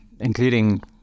including